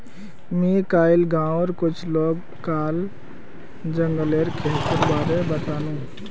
मुई कइल गांउर कुछ लोग लाक जंगलेर खेतीर बारे बतानु